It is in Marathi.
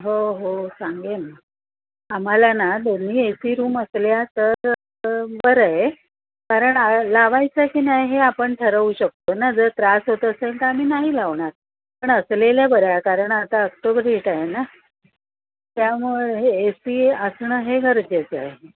हो हो सांगेन आम्हाला ना दोन्ही ए सी रूम असल्या तर बरंय कारण आ लावायचं आहे की नाही हे आपण ठरवू शकतो ना जर त्रास होत असेल तर आम्ही नाही लावणार पण असलेल्या बऱ्या कारण आता आक्टोबर हिट आहे ना त्यामुळे हे ए सी असणं हे गरजेचं आहे